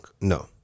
No